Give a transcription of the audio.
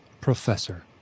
professor